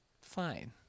fine